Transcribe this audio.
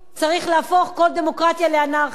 צריך להפוך כל דמוקרטיה לאנרכיה.